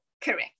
Correct